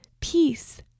peace